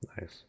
Nice